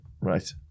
right